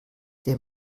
der